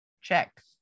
check